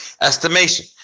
estimation